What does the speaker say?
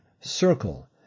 circle